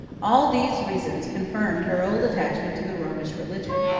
all these reasons confirmed her old attachment to the romish religion,